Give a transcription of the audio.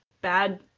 bad